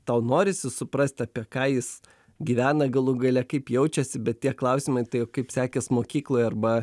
tau norisi suprasti apie ką jis gyvena galų gale kaip jaučiasi bet tie klausimai tai kaip sekės mokykloj arba